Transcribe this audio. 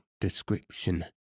description